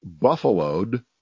buffaloed